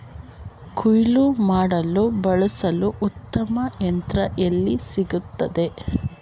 ಕುಯ್ಲು ಮಾಡಲು ಬಳಸಲು ಉತ್ತಮ ಯಂತ್ರ ಎಲ್ಲಿ ಸಿಗುತ್ತದೆ?